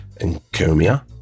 Encomia